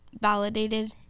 validated